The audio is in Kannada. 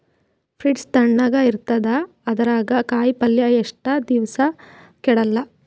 ಫ್ರಿಡ್ಜ್ ತಣಗ ಇರತದ, ಅದರಾಗ ಕಾಯಿಪಲ್ಯ ಎಷ್ಟ ದಿವ್ಸ ಕೆಡಲ್ಲ?